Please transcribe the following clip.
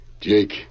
Jake